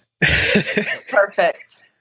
perfect